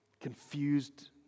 confused